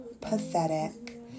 pathetic